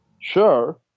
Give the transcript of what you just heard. sure